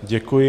Děkuji.